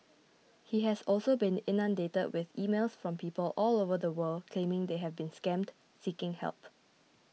he has also been inundated with emails from people all over the world claiming they have been scammed seeking help